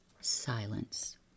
silence